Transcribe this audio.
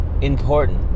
important